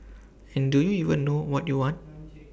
and do you even know what you want